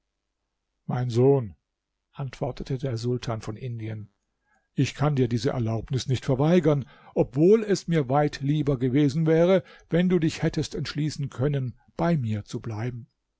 mein sohn antwortete der sultan von indien ich kann dir diese erlaubnis nicht verweigern obwohl es mir weit lieber gewesen wäre wenn du dich hättest entschließen können bei mir zu bleiben